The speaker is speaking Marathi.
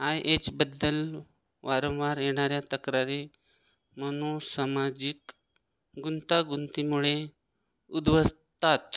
आय एचबद्दल वारंवार येणाऱ्या तक्रारी मनोसामाजिक गुंतागुंतींमुळे उध्वस्तात